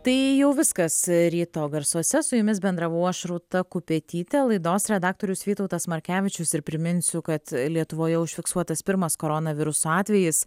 tai jau viskas ryto garsuose su jumis bendravau aš rūta kupetytė laidos redaktorius vytautas markevičius ir priminsiu kad lietuvoje užfiksuotas pirmas koronaviruso atvejis